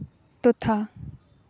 ᱛᱚᱛᱷᱟ